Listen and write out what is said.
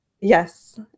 Yes